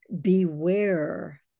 Beware